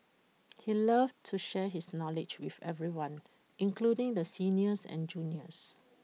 he loved to share his knowledge with everyone including the seniors and juniors